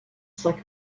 cinq